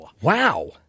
Wow